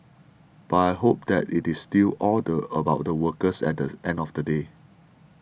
but I hope that it is still all the about the workers at the end of the day